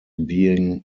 being